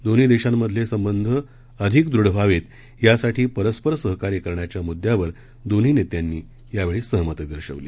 दोन्ही देशांमधले संबंध अधिक दृढ व्हावेत यासाठी परस्पर सहकार्य करण्याच्या मुदद्द्यावर दोन्ही नेत्यांनीयावेळी सहमती दर्शवली